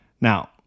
Now